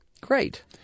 Great